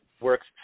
works